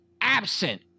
absent